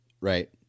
Right